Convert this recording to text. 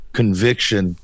conviction